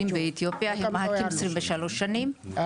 באתיופיה, כמעט 23 שנים,